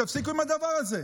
תפסיקו עם הדבר הזה.